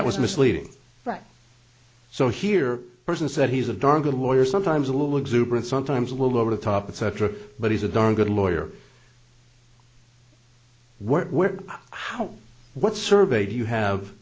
that was misleading right so here person said he's a darn good lawyer sometimes a little exuberant sometimes a little over the top and cetera but he's a darn good lawyer work where how what survey do you have